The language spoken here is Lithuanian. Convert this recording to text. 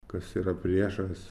kas yra priešas